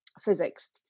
physics